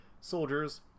soldiers